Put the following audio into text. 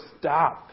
stop